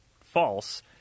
false